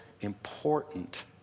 important